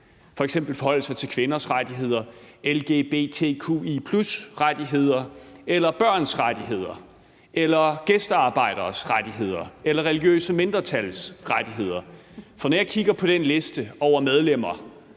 deres forhold til kvinders rettigheder, lgbtqi+-rettigheder, børns rettigheder, gæstearbejderes rettigheder og religiøse mindretals rettigheder? For når jeg kigger på den liste over medlemmerne